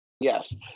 Yes